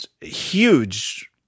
huge